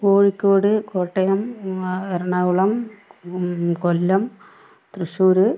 Kozhikode Kottayam Kollam Ernakulam Thrissur